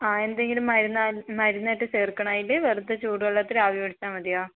ആ എന്തെങ്കിലും മരുന്നോ മരുന്നിട്ട് ചേർക്കണോ അതിൽ വെറുതെ ചുടുവെള്ളത്തിൽ ആവി പിടിച്ചാൽ മതിയോ